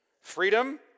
Freedom